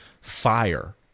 Fire